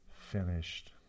finished